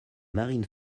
marine